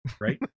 Right